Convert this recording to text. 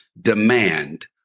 demand